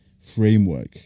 framework